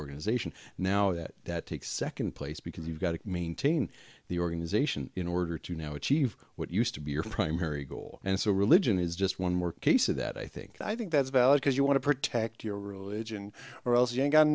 organization now that that takes second place because you've got to maintain the organization in order to now achieve what used to be your primary goal and so religion is just one more case of that i think i think that's valid because you want to protect your religion or else